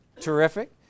terrific